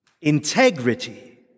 Integrity